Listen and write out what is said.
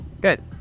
Good